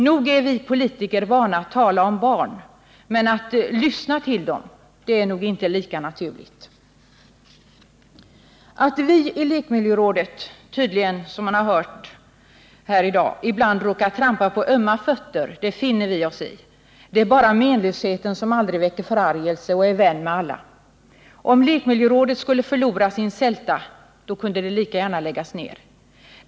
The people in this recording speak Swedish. Nog är vi politiker vana att tala om barn, men att lyssna till dem är nog inte lika naturligt. Att vi i lekmiljörådet tydligen, som vi hört här i dag, ibland råkar trampa på ömma fötter, det finner vi oss i. Det är bara menlösheten som aldrig väcker förargelse och som är vän med alla. Om lekmiljörådet skulle förlora sin sälta kunde det lika gärna läggas ned.